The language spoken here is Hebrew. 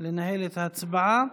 לנהל את ההצבעה.